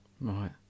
Right